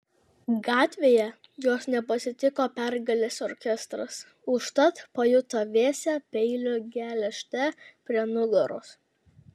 gatvėje jos nepasitiko pergalės orkestras užtat pajuto vėsią peilio geležtę prie nugaros